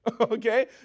okay